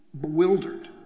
bewildered